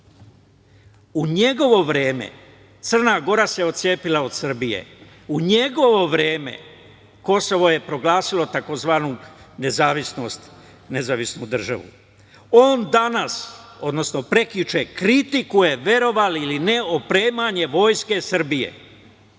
njegovo vreme Crna Gora se otcepila od Srbije. U njegovo vreme Kosovo je proglasilo tzv. nezavisnu državu. On danas, odnosno prekjuče, kritikuje, verovali ili ne, opremanje vojske Srbije. Jel